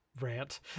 rant